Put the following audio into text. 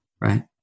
right